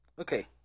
okay